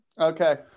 okay